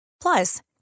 Plus